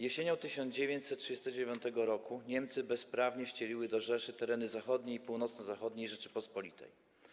Jesienią 1939 r. Niemcy bezprawnie wcieliły do Rzeszy tereny zachodniej i północnozachodniej Rzeczypospolitej.